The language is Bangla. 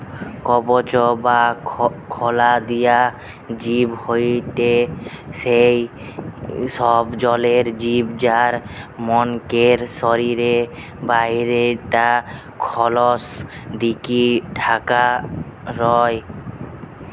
কবচ বা খলা দিয়া জিব হয়থে সেই সব জলের জিব যার মনকের শরীরের বাইরে টা খলস দিকি ঢাকা রয়